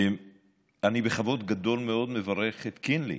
אני בכבוד גדול מאוד מברך את קינלי,